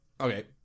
Okay